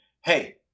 hey